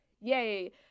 Yay